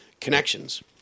connections